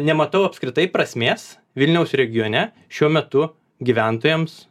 nematau apskritai prasmės vilniaus regione šiuo metu gyventojams